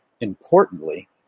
importantly